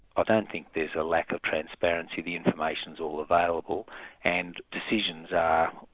ah don't think there's a lack of transparency the and information's all available and decisions are,